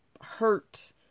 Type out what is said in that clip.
hurt